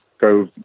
go